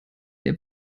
der